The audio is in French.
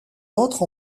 autres